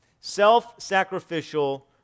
Self-sacrificial